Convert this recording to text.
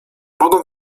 mogą